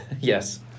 Yes